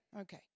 okay